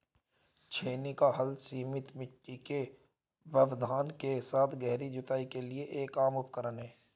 छेनी का हल सीमित मिट्टी के व्यवधान के साथ गहरी जुताई के लिए एक आम उपकरण है